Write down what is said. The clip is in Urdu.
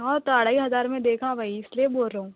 ہاں تو ڈھائی ہزار میں دیکھا بھائی اِس لئے بول رہا ہوں